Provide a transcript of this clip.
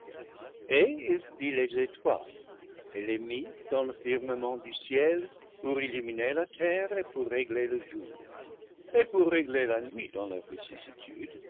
et il fit les étoiles et les mit clans le firmament du ciel pour illuminer la terre et pour ré gler le jour et pour régler la nuit dans leur